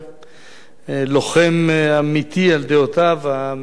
לוחם אמיתי על דעותיו המאוד-ליברליות.